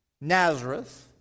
Nazareth